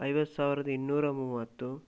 ಐವತ್ತು ಸಾವಿರದ ಇನ್ನೂರ ಮೂವತ್ತು